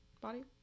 body